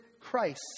Christ